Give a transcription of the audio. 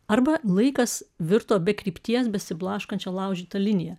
arba laikas virto be krypties besiblaškančia laužyta linija